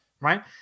right